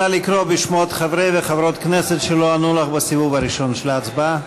נא לקרוא בשמות חברי וחברות הכנסת שלא ענו לך בסיבוב הראשון של ההצבעה.